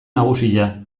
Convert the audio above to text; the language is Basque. nagusia